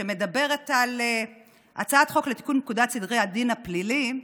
שמדברת על הצעת חוק לתיקון פקודת סדרי הדין הפלילי,